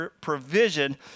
provision